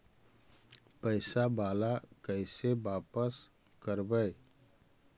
पैसा बाला कैसे बापस करबय?